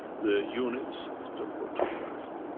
the units. don't go too fast,